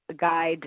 guide